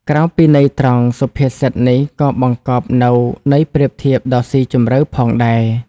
ក្រៅពីន័យត្រង់ សុភាសិតនេះក៏បង្កប់នូវន័យប្រៀបធៀបដ៏ស៊ីជម្រៅផងដែរ។